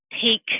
take